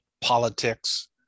politics